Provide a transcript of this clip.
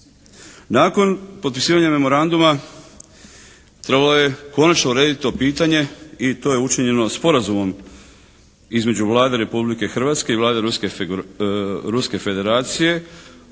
Nakon potpisivanja memoranduma trebalo je konačno urediti to pitanje i to je učinjeno sporazumom između Vlade Republike Hrvatske i Vlade Ruske federacije